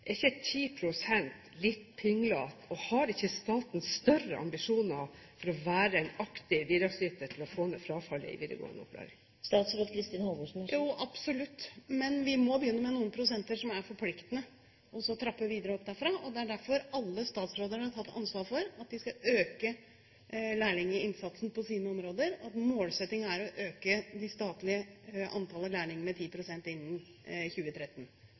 Er ikke 10 pst. litt pinglete? Og har ikke staten større ambisjoner om å være en aktiv bidragsyter til å få ned frafallet i videregående opplæring? Jo, absolutt, men vi må begynne med noen prosenter som er forpliktende, og så trappe videre opp derfra. Det er derfor alle statsrådene har tatt ansvar for at de skal øke lærlinginnsatsen på sine områder, og at målsettingen er å øke det statlige antallet lærlinger med 10 pst. innen 2013.